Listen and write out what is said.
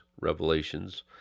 Revelations